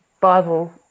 Bible